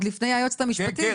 עוד לפני היועצת המשפטית?